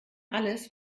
alles